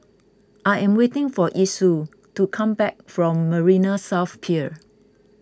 I am waiting for Esau to come back from Marina South Pier